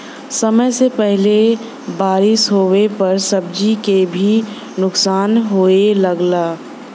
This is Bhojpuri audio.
समय से पहिले बारिस होवे पर सब्जी क भी नुकसान होये लगला